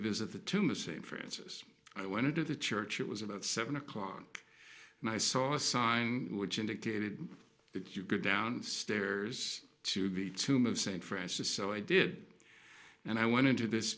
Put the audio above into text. visit the touma st francis i went to the church it was about seven o'clock and i saw a sign which indicated that you go downstairs to the tomb of st francis so i did and i went into this